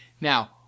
Now